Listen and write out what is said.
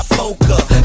poker